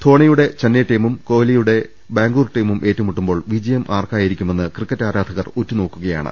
ധോണിയുടെ ചെന്നൈ ടീമും കോഹ്ലിയുടെ ബാംഗ്ലൂർ ടീമും ഏറ്റുമുട്ടുമ്പോൾ വിജയം ആർക്കായിരിക്കുമെന്ന് ക്രിക്കറ്റ് ആരാധകർ ഉറ്റുനോക്കുകയാണ്